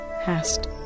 hast